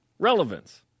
Relevance